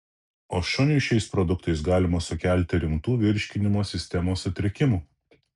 o šuniui šiais produktais galima sukelti rimtų virškinimo sistemos sutrikimų